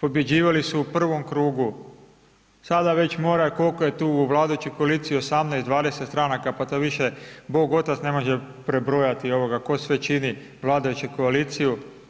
pobjeđivali su u prvom krugu, sada već moraju, koliko je tu vladajućih koaliacija, 18, 20 stranaka, pa to više bog, otac ne može prebrojati tko sve čini vladajuću koaliciju.